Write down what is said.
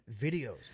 videos